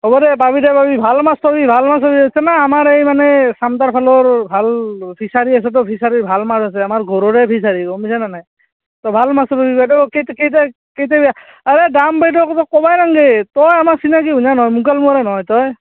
হ'ব দে পাবি দে পাবি ভাল মাছ পাবি ভাল মাছ পাবি বুইছানে আমাৰ এই মানে চান্দাৰ ফালৰ ভাল ফিচাৰি আছেতো ফিচাৰিৰ ভাল মাছ আছে আমাৰ ঘৰৰে ফিচাৰি গম পাইছানে নাই তো ভাল মাছ পাবি বাইদেউ কেইটা কেইটা কেইটা আৰু দাম বাইদেউ ক ক'বাই নালগে তই আমাৰ চিনাকি হয় নে নহয় মোকালমোৱাৰ নহয় তই